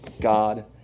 God